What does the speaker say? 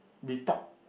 we talk